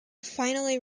finally